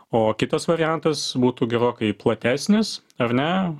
o kitas variantas būtų gerokai platesnis ar ne